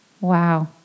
Wow